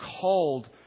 called